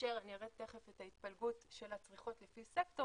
כאשר נראה בהמשך את ההתפלגות של הצריכות סקטורים,